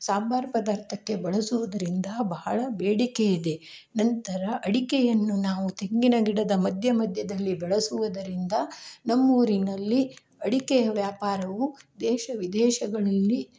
ಸಾಂಬಾರ ಪದಾರ್ಥಕ್ಕೆ ಬಳಸುವುದರಿಂದ ಬಹಳ ಬೇಡಿಕೆ ಇದೆ ನಂತರ ಅಡಿಕೆಯನ್ನು ನಾವು ತೆಂಗಿನ ಗಿಡದ ಮಧ್ಯ ಮಧ್ಯದಲ್ಲಿ ಬೆಳೆಸುವುದರಿಂದ ನಮ್ಮೂರಿನಲ್ಲಿ ಅಡಿಕೆಯ ವ್ಯಾಪಾರವು ದೇಶ ವಿದೇಶಗಳಲ್ಲಿ